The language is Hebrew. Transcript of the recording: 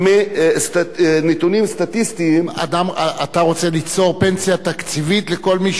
אתה רוצה ליצור פנסיה תקציבית לכל מי שעבד באיזה מקום כפועל בניין?